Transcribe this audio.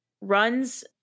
runs